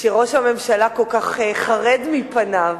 שראש הממשלה כל כך חרד מפניו.